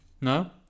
No